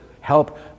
help